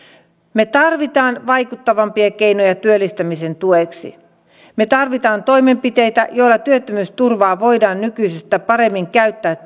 me tarvitsemme vaikuttavampia keinoja työllistymisen tueksi me tarvitsemme toimenpiteitä joilla työttömyysturvaa voidaan nykyistä paremmin käyttää